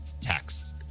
text